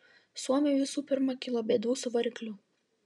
suomiui visų pirma kilo bėdų su varikliu